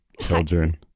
children